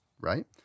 right